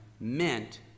meant